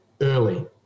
early